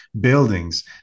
buildings